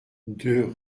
deux